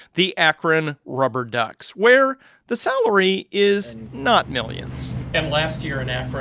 the akron rubberducks, where the salary is not millions and last year in akron,